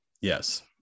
Yes